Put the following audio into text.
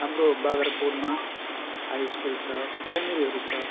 हाम्रो बाख्राकोटमा high school छ प्राइमेरीहरू छ